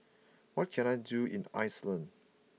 what can I do in Iceland